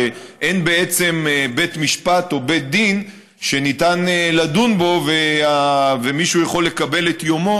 שאין בעצם בית משפט או בית דין שניתן לדון בו ומישהו יכול לקבל את יומו